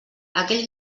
aquell